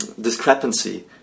discrepancy